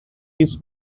his